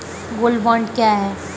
Gold bond क्या है?